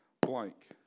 blank